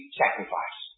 sacrifice